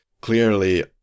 clearly